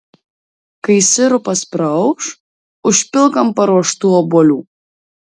kai sirupas praauš užpilk ant paruoštų obuolių